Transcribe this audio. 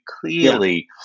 clearly